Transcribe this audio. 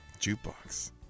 Jukebox